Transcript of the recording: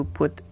put